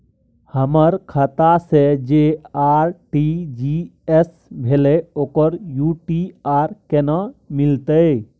हमर खाता से जे आर.टी.जी एस भेलै ओकर यू.टी.आर केना मिलतै?